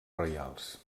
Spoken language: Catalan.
reials